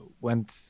went